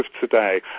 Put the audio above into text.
today